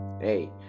hey